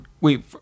Wait